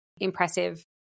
impressive